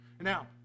Now